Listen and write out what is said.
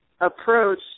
Approach